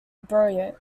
beirut